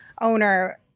owner